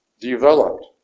developed